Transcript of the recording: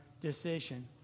decision